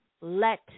let